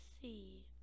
see